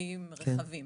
נזקים רחבים,